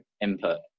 input